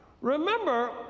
remember